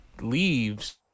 leaves